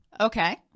Okay